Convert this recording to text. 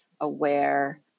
aware